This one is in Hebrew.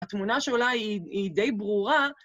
התמונה שעולה, היא די ברורה.